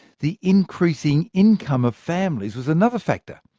the increasing income of families was another factor,